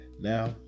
Now